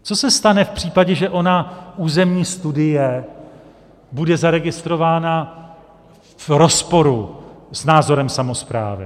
Co se stane v případě, že ona územní studie bude zaregistrována v rozporu s názorem samosprávy?